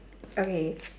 okay